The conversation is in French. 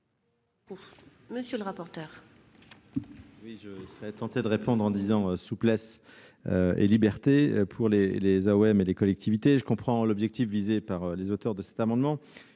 monsieur le rapporteur,